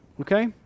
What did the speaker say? Okay